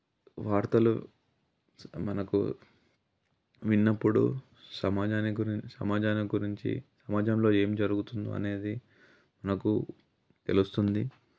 వార్తలు మనకు విన్నప్పుడు సమాజాని గురించి సమాజం గురించి సమాజంలో ఏం జరుగుతుందో అనేది నాకు తెలుస్తుంది